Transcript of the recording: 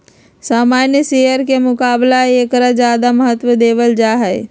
सामान्य शेयर के मुकाबला ऐकरा ज्यादा महत्व देवल जाहई